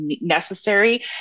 necessary